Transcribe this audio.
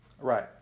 Right